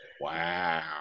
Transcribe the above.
Wow